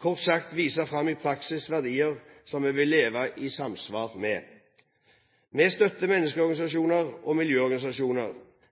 kort sagt vise fram i praksis verdier som vi vil leve i samsvar med. Vi støtter menneskerettsorganisasjoner og miljøorganisasjoner.